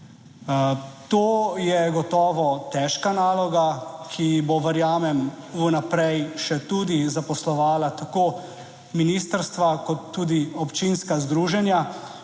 To je gotovo težka naloga, ki bo, verjamem, v naprej še tudi zaposlovala tako ministrstva kot tudi občinska združenja.